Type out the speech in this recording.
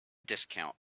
discount